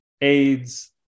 AIDS